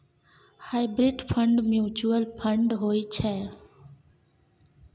hybrid fund mutual fund होइ छै